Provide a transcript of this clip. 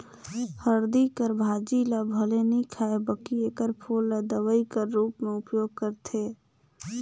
हरदी कर भाजी ल भले नी खांए बकि एकर फूल ल दवई कर रूप में उपयोग करथे